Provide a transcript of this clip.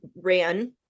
ran